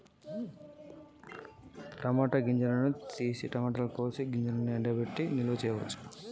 టమాట గింజలను మళ్ళీ తిరిగి నిల్వ ఎలా చేయాలి?